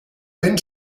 vent